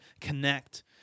connect